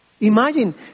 Imagine